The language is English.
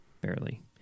Barely